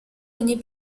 ogni